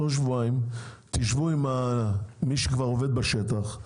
תוך שבועיים תשבו עם מי שכבר עובד בשטח.